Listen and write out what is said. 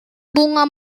bunga